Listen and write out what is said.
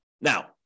Now